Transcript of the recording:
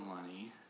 money